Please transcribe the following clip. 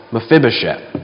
Mephibosheth